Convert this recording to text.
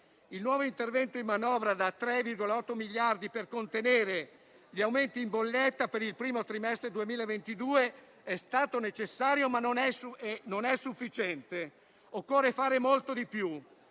Il nuovo intervento in manovra da 3,8 miliardi per contenere gli aumenti in bolletta per il primo trimestre 2022 è stato necessario, ma non è sufficiente, occorre fare molto di più.